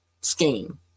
scheme